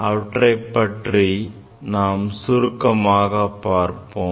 அவற்றைப் பற்றி நாம் சுருக்கமாக பார்ப்போம்